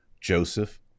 Joseph